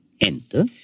Enter